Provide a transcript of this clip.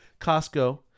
Costco